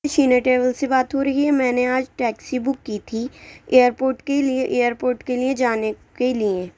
شینا travel سے بات ہو رہی ہے میں نے آج ٹیکسی بک کی تھی ایئرپورٹ کے لئے ایئرپورٹ کے لئے جانے کے لئے